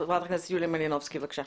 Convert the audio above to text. חברת הכנסת יוליה מלינובסקי, בבקשה.